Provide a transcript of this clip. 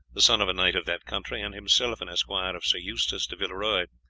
the son of a knight of that country, and himself an esquire of sir eustace de villeroy.